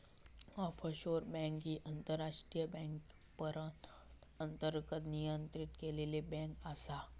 offshore bank ही आंतरराष्ट्रीय banking परवान्याअंतर्गत नियंत्रित केलेली बँक आसा